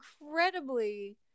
incredibly